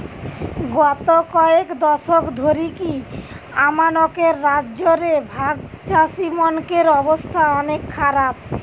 গত কয়েক দশক ধরিকি আমানকের রাজ্য রে ভাগচাষীমনকের অবস্থা অনেক খারাপ